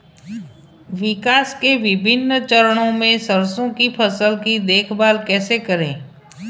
विकास के विभिन्न चरणों में सरसों की फसल की देखभाल कैसे करें?